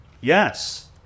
yes